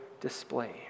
display